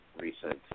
recent